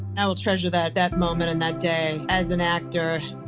i will treasure that that moment and that day. as an actor,